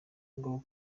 bwo